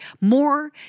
More